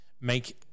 make